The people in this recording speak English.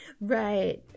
Right